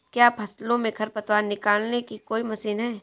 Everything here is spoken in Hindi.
क्या फसलों से खरपतवार निकालने की कोई मशीन है?